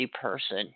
person